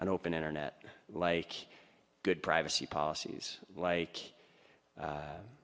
an open internet like good privacy policies like